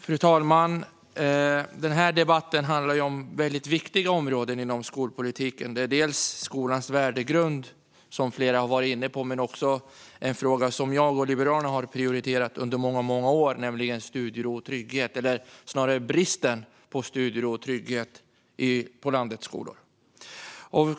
Fru talman! Den här debatten handlar om väldigt viktiga områden inom skolpolitiken: skolans värdegrund, som flera har varit inne på, men också en fråga som jag och Liberalerna har prioriterat under många år, nämligen studiero och trygghet, eller snarare bristen på studiero och trygghet, på landets skolor.